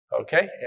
okay